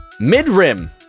Midrim